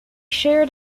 share